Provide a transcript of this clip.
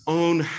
own